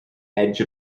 edge